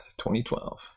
2012